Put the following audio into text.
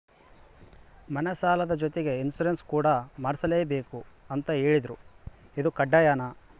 ಮನೆ ಸಾಲದ ಜೊತೆಗೆ ಇನ್ಸುರೆನ್ಸ್ ಕೂಡ ಮಾಡ್ಸಲೇಬೇಕು ಅಂತ ಹೇಳಿದ್ರು ಇದು ಕಡ್ಡಾಯನಾ?